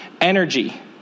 Energy